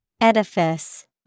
Edifice